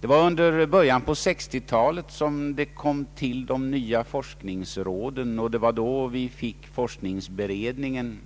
Det var under början av 1960-talet som de nya forskningsråden kom till, och det var då vi fick forskningsberedningen.